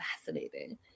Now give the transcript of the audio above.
fascinating